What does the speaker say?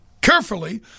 carefully